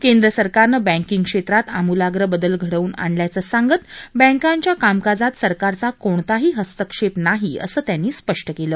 केंद्र सरकारनं बँकिंग क्षेत्रात आमूलाग्र बदल घडवून आणल्याचं सांगत बँकांच्या कामकाजात सरकारचा कोणताही हस्तक्षेप नाही असं त्यांनी स्पष्ट केलं